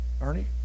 Ernie